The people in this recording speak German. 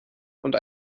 und